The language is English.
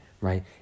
right